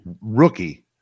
Rookie